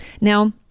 now